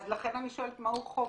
לכן אני שואלת מהו חוב.